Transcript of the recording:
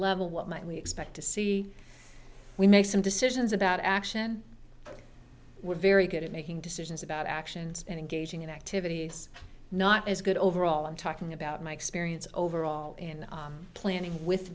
level what might we expect to see we make some decisions about action we're very good at making decisions about actions and engaging in activity it's not as good overall i'm talking about my experience overall in the planning with